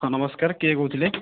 ହଁ ନମସ୍କାର କିଏ କହୁଥିଲେ